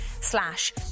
slash